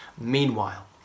meanwhile